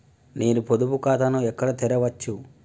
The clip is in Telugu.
నేను పొదుపు ఖాతాను ఎక్కడ తెరవచ్చు?